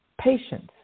patience